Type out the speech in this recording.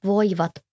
Voivat